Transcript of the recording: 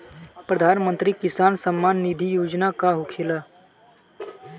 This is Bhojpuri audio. प्रधानमंत्री किसान सम्मान निधि योजना का होखेला?